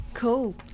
Cool